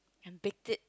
can baked it